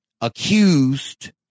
accused